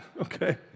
okay